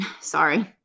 Sorry